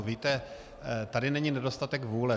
Víte, tady není nedostatek vůle.